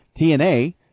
TNA